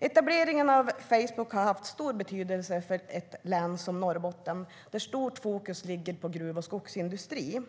Etableringen av Facebook har haft stor betydelse för ett län som Norrbotten, där stort fokus ligger på gruv och skogsindustri.